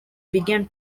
began